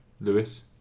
Lewis